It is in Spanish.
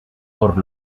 por